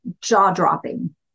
jaw-dropping